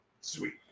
sweet